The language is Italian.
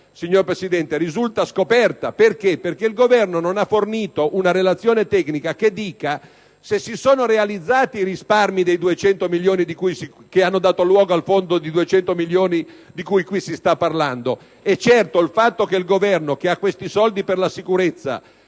signor Presidente, risulta scoperta, perché il Governo non ha fornito una relazione tecnica che dimostri che si sono realizzati risparmi che hanno dato luogo al fondo di 200 milioni di cui si sta parlando. Certo, il fatto che il Governo, che ha questi soldi per la sicurezza,